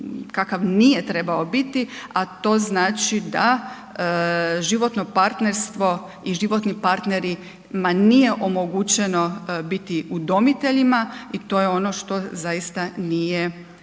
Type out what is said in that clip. kakav nije trebao biti, a to znači da životno partnerstvo i životnim partnerima nije omogućeno biti udomiteljima i to je ono što zaista nije